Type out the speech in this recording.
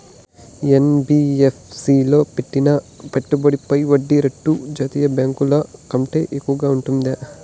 NBFC లో పెట్టిన పెట్టుబడి పై వడ్డీ రేటు జాతీయ బ్యాంకు ల కంటే ఎక్కువగా ఉంటుందా?